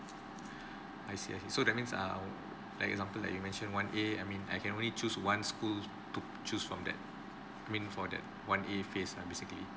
I see I see so that means err like example like you mention one A I mean I can only choose one school to choose from that I mean for that one A phase lah basically